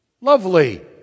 lovely